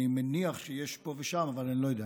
אני מניח שיש פה ושם, אבל אני לא יודע.